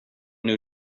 new